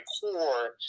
core